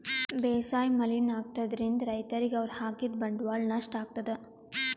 ಬೇಸಾಯ್ ಮಲಿನ್ ಆಗ್ತದ್ರಿನ್ದ್ ರೈತರಿಗ್ ಅವ್ರ್ ಹಾಕಿದ್ ಬಂಡವಾಳ್ ನಷ್ಟ್ ಆಗ್ತದಾ